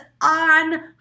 on